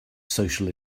social